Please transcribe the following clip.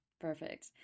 perfect